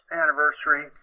anniversary